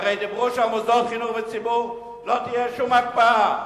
הרי דיברו שבמוסדות חינוך וציבור לא תהיה שום הקפאה.